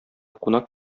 кунак